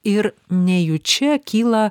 ir nejučia kyla